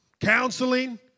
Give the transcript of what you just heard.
counseling